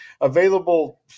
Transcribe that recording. available